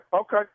okay